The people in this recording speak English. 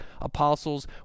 apostles